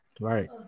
Right